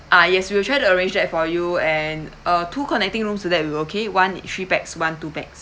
ah yes we will try to arrange that for you and uh two connecting rooms is that will be okay one three pax one two pax